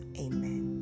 amen